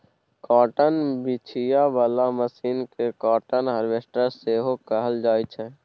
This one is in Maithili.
काँटन बीछय बला मशीन केँ काँटन हार्वेस्टर सेहो कहल जाइ छै